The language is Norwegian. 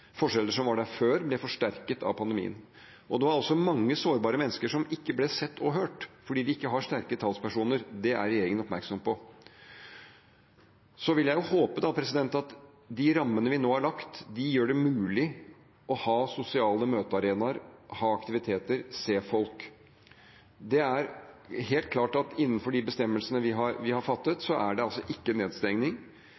forskjeller som var der før, ble forsterket av pandemien. Det var også mange sårbare mennesker som ikke ble sett og hørt, for de har ikke sterke talspersoner. Det er regjeringen oppmerksom på. Så vil jeg håpe at de rammene vi nå har lagt, gjør det mulig å ha sosiale møtearenaer, ha aktiviteter og se folk. Det er helt klart at innenfor de bestemmelsene vi har